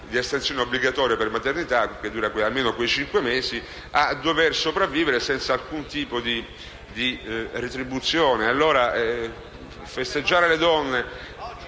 di astensione obbligatoria per maternità, che dura almeno cinque mesi, a sopravvivere senza alcun tipo di retribuzione. Festeggiare allora